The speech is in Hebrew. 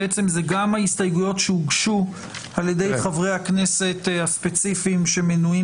זה גם ההסתייגויות שהוגשו על-ידי חברי הכנסת הספציפיים שמנויים